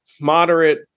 moderate